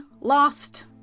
lost